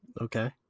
Okay